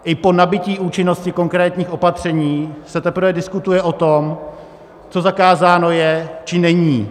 I po nabytí účinnosti konkrétních opatření se teprve diskutuje o tom, co zakázáno je či není.